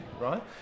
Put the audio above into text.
right